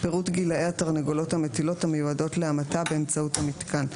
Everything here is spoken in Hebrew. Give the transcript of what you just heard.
פירוט גילאי התרנגולות המטילות המיועדות להמתה באמצעות המיתקן.